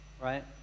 right